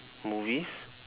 movies